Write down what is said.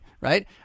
right